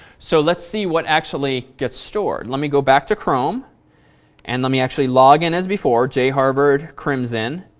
so let's see what actually gets stored. let me go back to chrome and let me actually log in as before jharvard crimson.